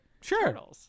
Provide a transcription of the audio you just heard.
Sure